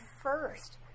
first